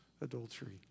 adultery